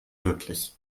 wirklich